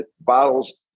bottles